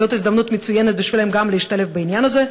וזאת הזדמנות מצוינת בשבילם להשתלב גם בעניין הזה.